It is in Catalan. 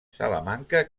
salamanca